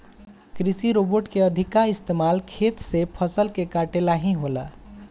कृषि रोबोट के अधिका इस्तमाल खेत से फसल के काटे ला ही होला